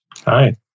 Hi